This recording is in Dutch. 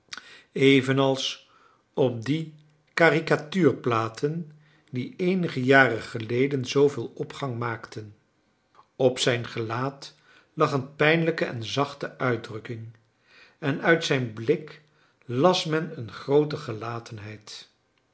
evenals op die karikatuurplaten die eenige jaren geleden zooveel opgang maakten op zijn gelaat lag een pijnlijke en zachte uitdrukking en uit zijn blik las men een groote gelatenheid